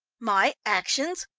my actions?